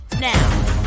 now